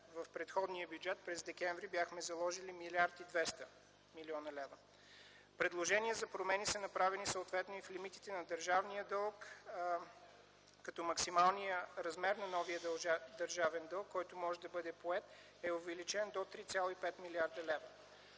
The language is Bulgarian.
В предходния бюджет през декември бяхме заложили 1 млрд. 200 млн. лв. Предложение за промени са направени съответно и в лимитите на държавния дълг, като максималният размер на новия държавен дълг, който може да бъде поет е увеличен до 3,5 млрд. лв.